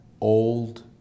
old